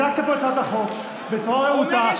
הצגת את הצעת החוק בצורה רהוטה.